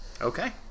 Okay